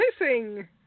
missing